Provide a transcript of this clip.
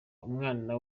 umwana